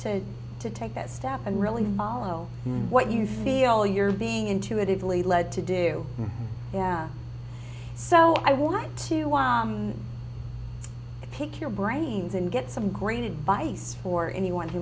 to to take that step and really follow what you feel you're being intuitively led to do so i want to pick your brains and get some great advice for anyone who